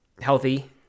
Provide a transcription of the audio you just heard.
healthy